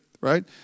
right